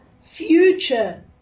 future